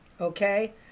Okay